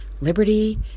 liberty